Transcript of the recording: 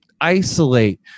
isolate